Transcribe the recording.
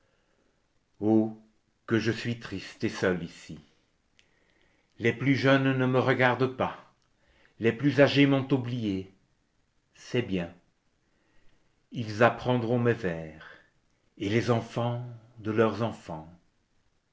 oh que je suis triste et seule ici les plus jeunes ne me regardent pas les plus âgés m'ont oubliée c'est bien ils apprendront mes vers et les enfants de leurs enfants